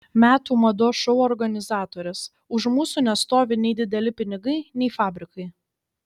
metų mados šou organizatorės už mūsų nestovi nei dideli pinigai nei fabrikai